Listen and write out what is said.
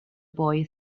boy